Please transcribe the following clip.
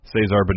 Cesar